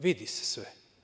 Vidi se sve.